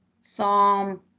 Psalm